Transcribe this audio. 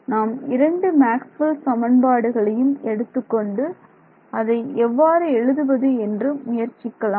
நாம் இரண்டு மேக்ஸ்வெல் சமன்பாடுகளையும் எடுத்துக்கொண்டு அதை எவ்வாறு எழுதுவது என்று முயற்சிக்கலாம்